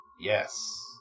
Yes